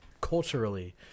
culturally